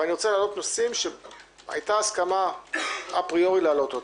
ואני רוצה להעלות נושאים שהייתה הסכמה אפריורי להעלות אותם.